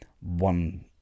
one